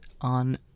on